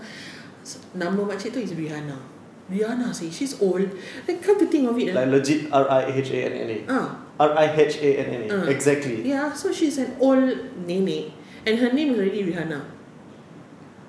nama makcik itu is rihanna rihanna eh she's old like come to think of it ah ah ya so she's an old nenek and her name really rihanna